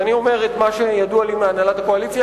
אז אני אומר את מה שידוע לי מהנהלת הקואליציה.